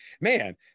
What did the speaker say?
man